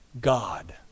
God